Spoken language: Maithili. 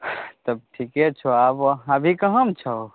तब ठीके छो आबो अभी कहाँमे छहो